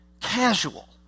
Casual